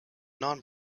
non